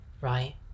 right